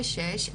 ו-(6).